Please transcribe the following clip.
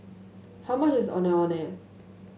how much is Ondeh Ondeh